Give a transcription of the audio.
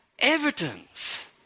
Evidence